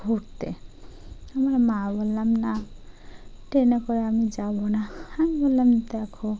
ঘুরতে আমার মা বলল না ট্রেনে করে আমি যাবো না আমি বললাম দেখো